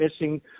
missing